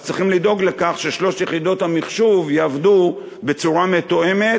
אז צריכים לדאוג לכך ששלוש יחידות המחשוב יעבדו בצורה מתואמת.